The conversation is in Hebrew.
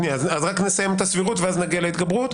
אז רק נסיים את הסבירות ונגיע להתגברות.